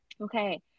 Okay